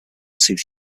tooth